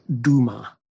Duma